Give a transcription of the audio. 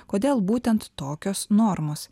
kodėl būtent tokios normos